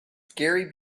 gary